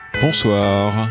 Bonsoir